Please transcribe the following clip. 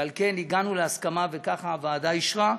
ועל כן הגענו להסכמה, וככה הוועדה אישרה,